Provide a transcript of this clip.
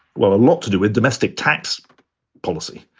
well, a lot to do with domestic tax policy.